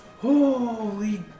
holy